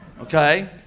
okay